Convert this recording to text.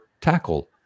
tackle